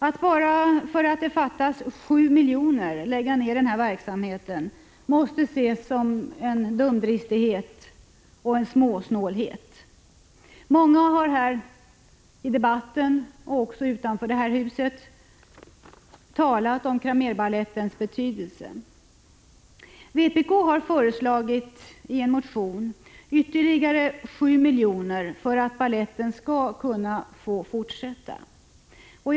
Att bara därför att det fattas 7 miljoner lägga ned denna verksamhet måste ses som dumdristiskt och småsnålt. Många har här i riksdagen och också utanför riksdagshuset talat om Cramérbalettens betydelse. Vpk har i en motion föreslagit att 7 miljoner skall anslås för att baletten skall kunna fortsätta sin viktiga verksamhet.